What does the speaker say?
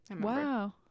Wow